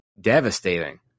devastating